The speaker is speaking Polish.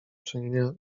czynienia